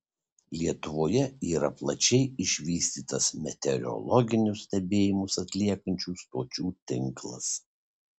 lietuvoje yra plačiai išvystytas meteorologinius stebėjimus atliekančių stočių tinklas